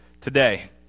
today